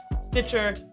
Stitcher